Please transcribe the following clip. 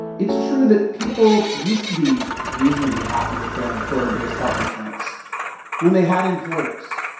it's true that people used to be reasonably happy with their employer-based health insurance when they had employers.